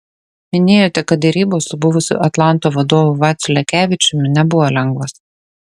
minėjote kad derybos su buvusiu atlanto vadovu vaciu lekevičiumi nebuvo lengvos